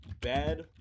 Bad